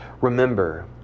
remember